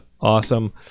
awesome